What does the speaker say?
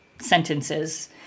sentences